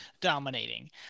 dominating